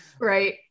right